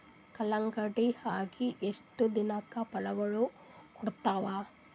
ಕಲ್ಲಂಗಡಿ ಅಗಿ ಎಷ್ಟ ದಿನಕ ಫಲಾಗೋಳ ಕೊಡತಾವ?